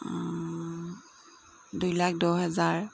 দুই লাখ দহ হাজাৰ